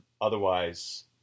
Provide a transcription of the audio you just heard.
Otherwise